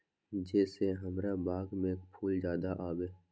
जे से हमार बाग में फुल ज्यादा आवे?